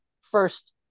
first